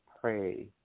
pray